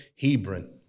Hebron